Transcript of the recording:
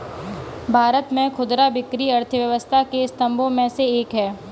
भारत में खुदरा बिक्री अर्थव्यवस्था के स्तंभों में से एक है